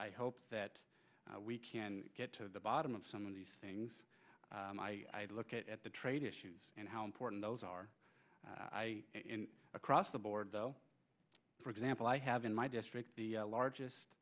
i hope that we can get to the bottom of some of these things i look at the trade issues and how important those are across the board though for example i have in my district the largest